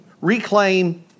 reclaim